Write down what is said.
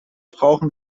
brauchen